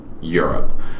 Europe